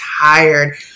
tired